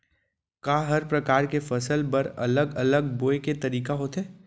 का हर प्रकार के फसल बर अलग अलग बोये के तरीका होथे?